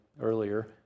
earlier